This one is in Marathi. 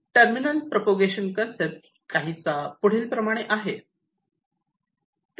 टर्मिनल प्रोपेगेशन कन्सेप्ट काहीसा पुढील प्रमाणे आहे